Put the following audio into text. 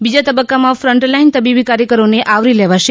બીજા તબક્કામાં ફન્ટલાઇન તબીબી કાર્યકરોને આવરી લેવાશે